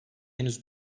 henüz